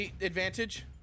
Advantage